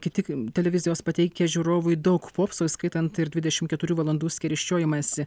kiti kaip televizijos pateikia žiūrovui daug popso įskaitant ir dvidešim keturių valandų skerysčiojimąsi